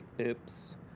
Oops